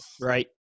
Right